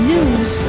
News